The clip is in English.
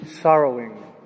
sorrowing